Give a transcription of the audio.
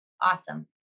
Awesome